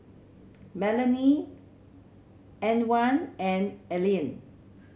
Melany Antwain and Allean